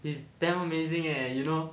is damn amazing eh you know